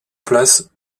place